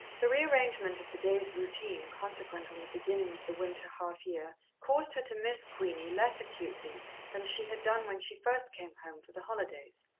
the re-arrangement of the day's routine consequent on the beginning of the winter half-year caused her to miss queenie less acutely than she had done when she first came home for the holidays,